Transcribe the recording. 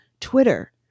Twitter